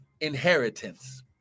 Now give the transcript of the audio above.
inheritance